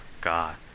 God